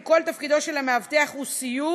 אם כל תפקידו של המאבטח הוא סיור,